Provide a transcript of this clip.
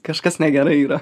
kažkas negerai yra